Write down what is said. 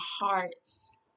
hearts